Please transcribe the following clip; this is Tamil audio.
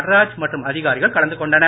நட்ராஜ் மற்றும் அதிகாரிகள் கலந்து கொண்டனர்